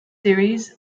theories